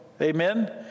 Amen